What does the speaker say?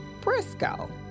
Briscoe